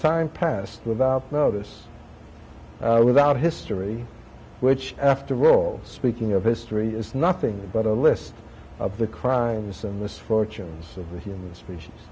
time passed without notice without history which after roll speaking of history is nothing but a list of the crimes of some misfortune of the human species